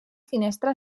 finestra